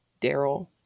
Daryl